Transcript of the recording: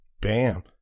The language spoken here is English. bam